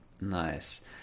Nice